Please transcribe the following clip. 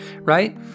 right